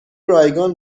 رایگان